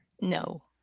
No